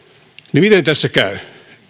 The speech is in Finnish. niin miten tässä käy